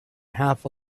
half